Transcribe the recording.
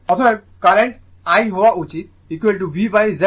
অতএব current I হওয়া উচিত VZ eg